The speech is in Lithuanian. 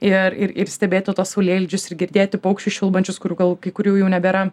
ir ir ir stebėti tuos saulėlydžius ir girdėti paukščius čiulbančius kurių gal kai kurių jau nebėra